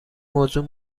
موضوع